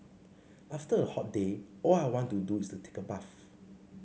after a hot day all I want to do is take a bath